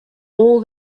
all